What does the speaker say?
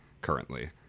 currently